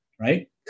right